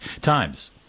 times